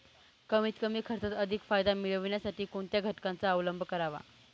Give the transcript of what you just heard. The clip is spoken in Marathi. कमीत कमी खर्चात अधिक फायदा मिळविण्यासाठी कोणत्या घटकांचा अवलंब करावा?